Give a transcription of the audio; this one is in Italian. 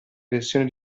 versione